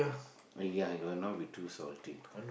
!aiya! it will not be too salty